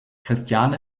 christiane